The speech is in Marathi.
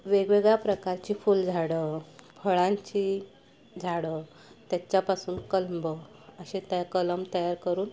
वेगवेगळ्या प्रकारची फुल झाडं फळांची झाडं त्याच्यापासून कलम असे तयार कलम तयार करून